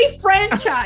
franchise